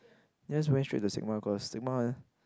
yes went straight to the stigma because stigma one